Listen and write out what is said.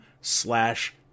slash